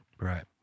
Right